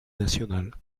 nationale